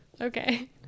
okay